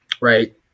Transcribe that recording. Right